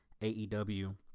AEW